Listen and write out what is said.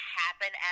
happen